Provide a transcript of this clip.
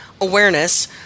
awareness